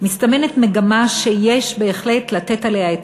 מסתמנת מגמה שיש בהחלט לתת עליה את